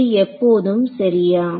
இது எப்போதும் சரியா